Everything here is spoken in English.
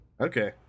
Okay